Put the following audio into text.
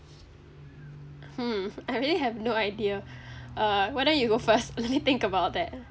hmm I really have no idea uh why don't you go first let me think about that